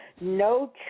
no